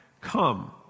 come